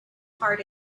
heart